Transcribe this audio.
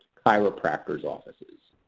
chiropractor's offices.